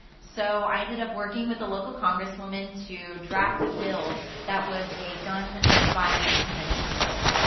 so i ended up working with a local congresswoman to draft a bill that was a gun violence prevention bill.